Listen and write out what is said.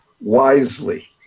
Wisely